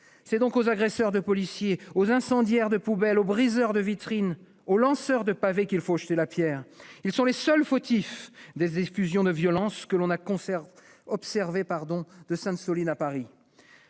C'est donc aux agresseurs de policiers, aux incendiaires de poubelles, aux briseurs de vitrines, aux lanceurs de pavés qu'il faut jeter la pierre. Ils sont les seuls fautifs des effusions de violence que l'on a observées de Sainte-Soline à Paris.